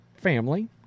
family